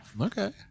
Okay